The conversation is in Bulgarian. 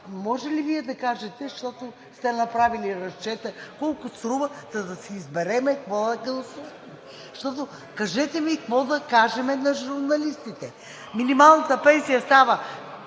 може ли Вие да кажете, защото сте направили разчета – колко струва, та да си изберем за какво да гласуваме? Кажете ми какво да кажем на журналистите: минималната пенсия става